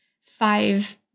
five